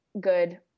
good